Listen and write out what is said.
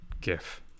GIF